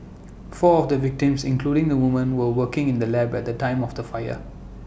four of the victims including the woman were working in the lab at the time of the fire